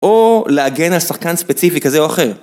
או להגן על שחקן ספציפי כזה או אחר.